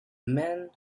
men